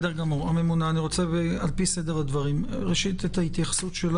הממונה, ראשית, אשמח להתייחסותך